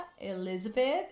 Elizabeth